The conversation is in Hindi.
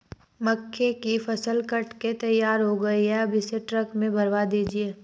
मक्के की फसल कट के तैयार हो गई है अब इसे ट्रक में भरवा दीजिए